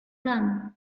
son